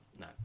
no